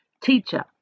teacher